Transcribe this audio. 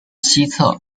西侧